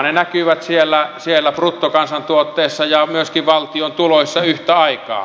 ne näkyvät siellä bruttokansantuotteessa ja myöskin valtion tuloissa yhtä aikaa